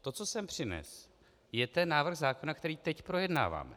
To, co jsem přinesl, je návrh zákona, který teď projednáváme.